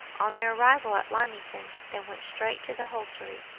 on their arrival at lymington, they went straight to the hostelry,